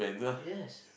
yes